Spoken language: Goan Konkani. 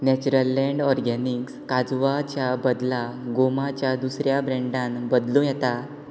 नॅचर लँड ऑर्गेनिक्स काजवाच्या बदला गोमाच्या दुसऱ्या ब्रँडान बदलूं येता